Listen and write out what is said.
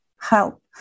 help